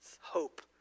Hope